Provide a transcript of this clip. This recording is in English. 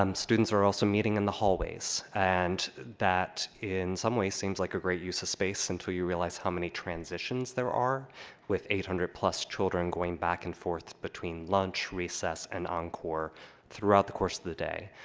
um students are also meeting in the hallways, and that in some ways seems like a great use of space until you realize how many transitions there are with eight hundred plus children going back and forth between lunch, recess, and encore throughout the course of the day,